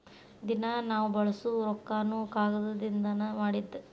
ದಿನಾ ನಾವ ಬಳಸು ರೊಕ್ಕಾನು ಕಾಗದದಿಂದನ ಮಾಡಿದ್ದ